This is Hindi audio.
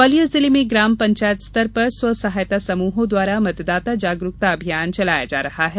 ग्वालियर जिले में ग्राम पंचायत स्तर पर स्वसहायता समूहों द्वारा मतदाता जागरूकता अभियान चलाया जा रहा है